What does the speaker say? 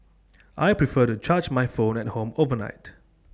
I prefer to charge my phone at home overnight